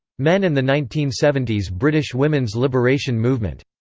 men and the nineteen seventy s british women's liberation movement.